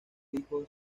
hijos